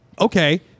okay